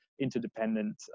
interdependent